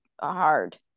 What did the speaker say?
hard